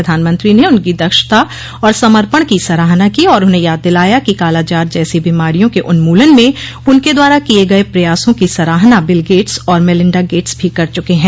प्रधानमंत्री न उनकी दक्षता और समर्पण की सराहना की और उन्हें याद दिलाया कि कालाजार जैसी बीमारियों के उन्मूलन में उनके द्वारा किये गये प्रयासों की सराहना बिल गेट्स और मेलिंडा गेट्स भी कर चुके है